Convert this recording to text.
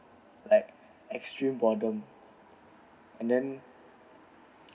like extreme boredom and then